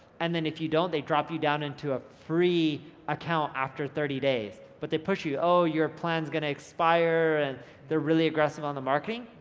and then if you don't, they drop you down into a free account after thirty days. but they push you, oh, your plan's gonna expire, and they're really aggressive on the marketing.